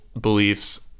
beliefs